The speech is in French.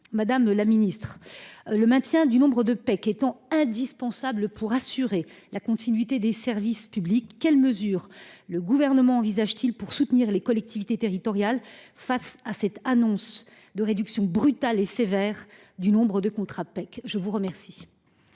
Madame la ministre, le maintien du nombre de PEC étant indispensable pour assurer la continuité des services publics, quelles mesures le Gouvernement envisage t il de prendre pour soutenir les collectivités territoriales face à l’annonce de leur réduction brutale et sévère ? La parole est à Mme la ministre.